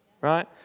right